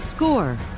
score